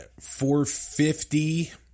450